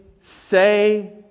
say